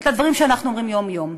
את הדברים שאנחנו אומרים יום-יום,